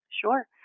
Sure